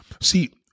see